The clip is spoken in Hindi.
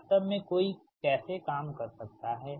वास्तव में कोई कैसे काम कर सकता है